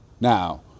Now